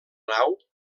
nau